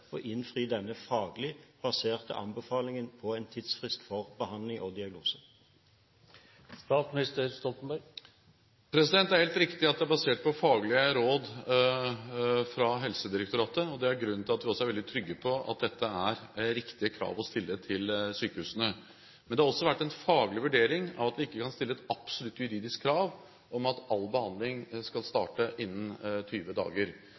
å innfri denne faglig baserte anbefalingen om en tidsfrist for diagnose og behandling? Det er helt riktig at det er basert på faglige råd fra Helsedirektoratet, og det er også grunnen til at vi er veldig trygge på at dette er riktige krav å stille til sykehusene. Men det har også vært en faglig vurdering av at vi ikke kan stille et absolutt juridisk krav om at all behandling skal starte innen 20 dager.